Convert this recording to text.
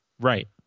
Right